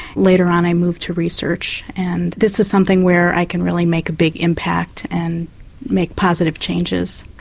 later on i moved to research and this is something where i can really make a big impact, and make positive changes.